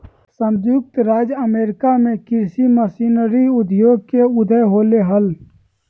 संयुक्त राज्य अमेरिका में कृषि मशीनरी उद्योग के उदय होलय हल